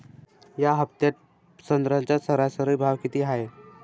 या हफ्त्यात संत्र्याचा सरासरी भाव किती हाये?